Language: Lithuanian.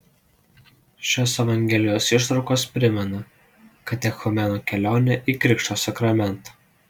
šios evangelijos ištraukos primena katechumeno kelionę į krikšto sakramentą